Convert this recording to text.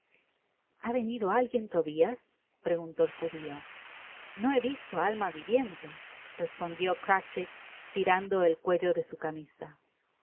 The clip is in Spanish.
ha venido alguien tobias preguntó el judio no he visto á alma viviente respondió crachit tirando el cuello de su camisa